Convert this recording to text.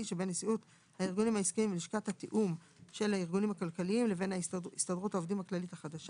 שבין נשיאות הארגונים העסקיים לבין ההסתדרות העובדים הכללית החדשה,